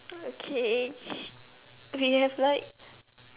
okay we have like